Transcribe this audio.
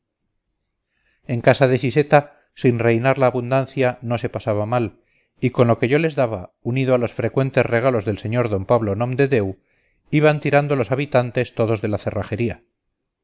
en casa de siseta sin reinar la abundancia no se pasaba mal y con lo que yo les llevaba unido a los frecuentes regalos del señor d pablo nomdedeu iban tirando los habitantes todos de la cerrajería